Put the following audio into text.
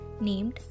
named